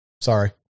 Sorry